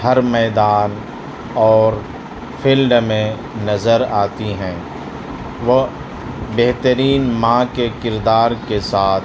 ہر میدان اور فیلڈ میں نظر آتی ہیں وہ بہترین ماں کے کردار کے ساتھ